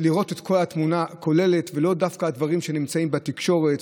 לראות את התמונה הכוללת ולאו דווקא דברים שנמצאים בתקשורת,